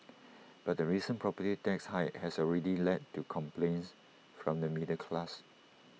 but the recent property tax hike has already led to complaints from the middle class